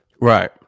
Right